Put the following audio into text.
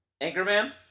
Anchorman